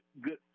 good